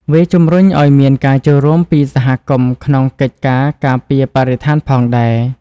វាជំរុញឱ្យមានការចូលរួមពីសហគមន៍ក្នុងកិច្ចការការពារបរិស្ថានផងដែរ។